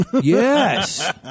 Yes